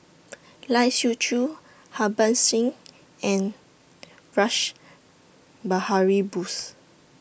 Lai Siu Chiu Harbans Singh and Rash Behari Bose